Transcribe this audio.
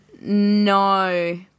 No